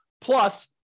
plus